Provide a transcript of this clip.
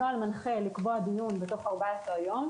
הנוהל מנחה לקבוע דיון בתוך 14 ימים,